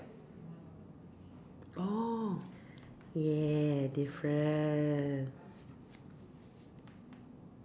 oh yeah different